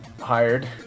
hired